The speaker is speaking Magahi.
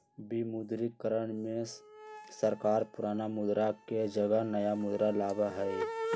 विमुद्रीकरण में सरकार पुराना मुद्रा के जगह नया मुद्रा लाबा हई